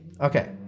Okay